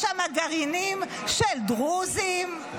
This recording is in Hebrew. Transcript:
אולי יש שם גרעינים של דרוזים,